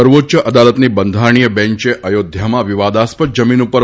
સર્વોચ્ય અદાલતની બંધારણીય બેન્ચે અયોધ્યામાં વિવાદાસ્પદ જમીન ઉપર